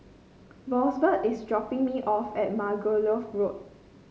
Rosevelt is dropping me off at Margoliouth Road